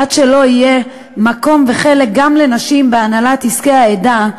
עד שלא יהיה מקום וחלק גם לנשים בהנהלת עסקי העדה,